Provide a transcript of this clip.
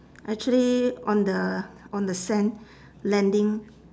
actually on the on the sand landing